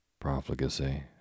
profligacy